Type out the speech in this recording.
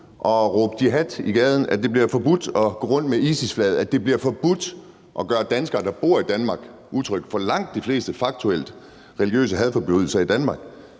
at råbe jihad i gaden, at det bliver forbudt at gå rundt med ISIS-flaget, og at det bliver forbudt at gøre danskere, der bor i Danmark, utrygge? For langt de fleste faktuelle religiøse hadforbrydelser i Danmark